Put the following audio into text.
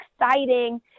exciting